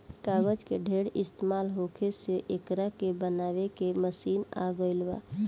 कागज के ढेर इस्तमाल होखे से एकरा के बनावे के मशीन आ गइल बा